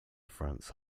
france